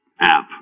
app